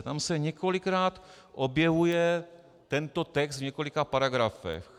Tam se několikrát objevuje tento text v několika paragrafech.